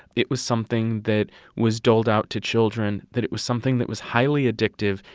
it was something that was doled out to children, that it was something that was highly addictive,